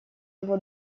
его